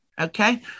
okay